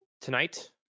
Tonight